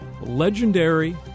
Legendary